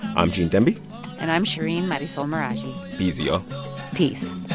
i'm gene demby and i'm shereen marisol meraji be easy, y'all peace